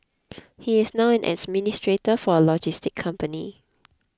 he is now an administrator for a logistics company